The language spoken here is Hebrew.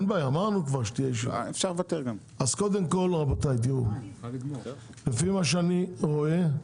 לפי מה שאני רואה,